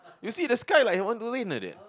you see the sky like want to rain like that